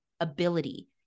ability